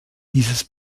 dieses